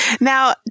now